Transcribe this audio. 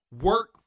work